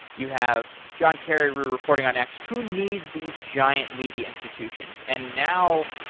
you have john carreyrou reporting on x. who needs these giant media institutions? and now,